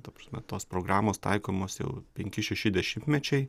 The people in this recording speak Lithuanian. ta prasme tos programos taikomos jau penki šeši dešimtmečiai